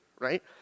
right